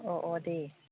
अह अह दे